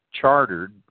chartered